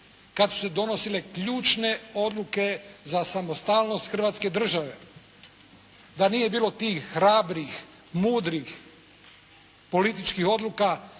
kada su se donosile ključne odluke za samostalnost Hrvatske države. Da nije bilo tih hrabrih, mudrih političkih odluka